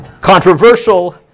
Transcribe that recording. controversial